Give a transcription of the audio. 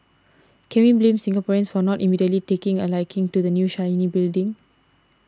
can we blame Singaporeans for not immediately taking a liking to the new shiny building